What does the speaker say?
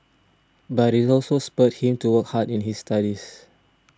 but it also spurred him to work hard in his studies